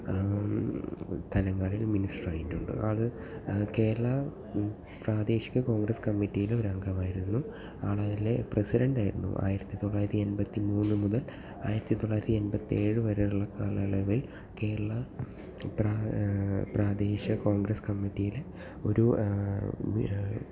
തലങ്ങളിൽ മിനിസ്റ്റർ ആയിട്ടുണ്ട് ആൾ കേരള പ്രാദേശിക കോൺഗ്രസ് കമ്മിറ്റിയിൽ ഒരു അംഗമായിരുന്നു ആൾ അതിൽ പ്രസിഡൻ്റായിരുന്നു ആയിരത്തി തൊള്ളായിരത്തി എൺപത്തി മൂന്ന് മുതൽ ആയിരത്തി തൊള്ളായിരത്തി എൺപത്തി ഏഴ് വരെയുള്ള കാലയളവിൽ കേരള പ്രാദേശിക കോൺഗ്രസ് കമ്മിറ്റിയിലെ ഒരു